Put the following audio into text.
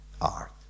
art